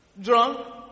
Drunk